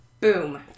Boom